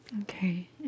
Okay